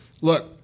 look